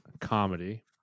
comedy